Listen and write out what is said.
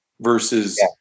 versus